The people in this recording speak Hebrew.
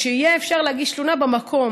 ששאפשר יהיה להגיש תלונה במקום.